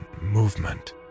movement